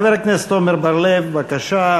חבר הכנסת עמר בר-לב, בבקשה.